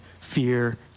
fear